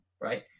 right